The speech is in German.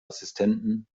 assistenten